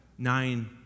nine